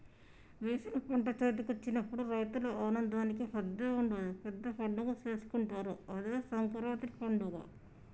వేసిన పంట చేతికొచ్చినప్పుడు రైతుల ఆనందానికి హద్దే ఉండదు పెద్ద పండగే చేసుకుంటారు అదే సంకురాత్రి పండగ